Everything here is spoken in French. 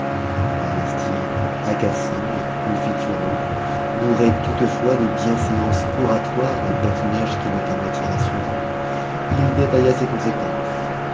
dans un style agaçant et confitureux bourré toutefois des bienséances oratoires d'un personnage qui n'est qu'à moitié rassuré il détailla ces conséquences